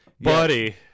Buddy